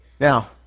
Now